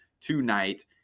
tonight